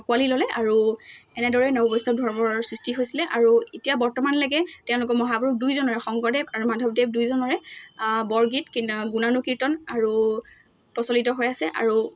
আকোঁৱালি ল'লে আৰু এনেদৰে নৱ বৈষ্ণৱ ধৰ্মৰ সৃষ্টি হৈছিলে আৰু এতিয়া বৰ্তমানলৈকে তেওঁলোকৰ মহাপুৰুষ দুইজনশংকৰদেৱ আৰু মাধৱদেৱ দুইজনেৰে বৰগীত কীনা গুণানুকীৰ্তন আৰু প্ৰচলিত হৈ আছে আৰু